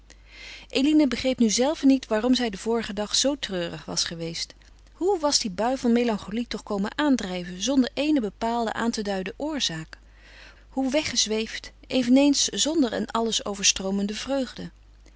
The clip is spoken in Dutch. eline begreep nu zelve niet waarom zij den vorigen dag zoo treurig was geweest hoe was die bui van melancholie toch komen aandrijven zonder eene bepaalde aan te duiden oorzaak hoe weggezweefd eveneens zonder een alles overstroomende vreugde